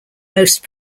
most